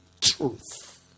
truth